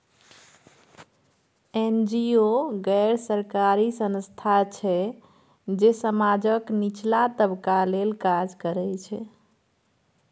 NGO गैर सरकारी संस्था छै जे समाजक निचला तबका लेल काज करय छै